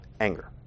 Anger